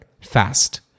fast